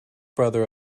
brother